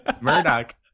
Murdoch